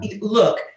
look